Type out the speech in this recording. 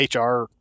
HR